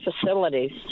facilities